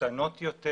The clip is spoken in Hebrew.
מרוסנות יותר